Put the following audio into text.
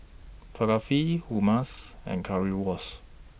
Falafel Hummus and Currywurst